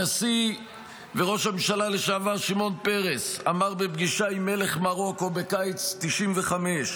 הנשיא וראש הממשלה לשעבר שמעון פרס אמר בפגישה עם מלך מרוקו בקיץ 1995: